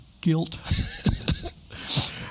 guilt